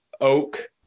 oak